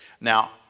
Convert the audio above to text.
Now